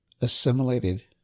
assimilated